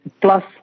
plus